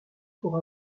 pour